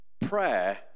prayer